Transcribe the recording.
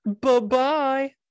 Bye-bye